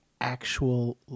actual